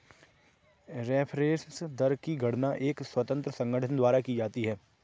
reference दर की गणना एक स्वतंत्र संगठन द्वारा की जाती है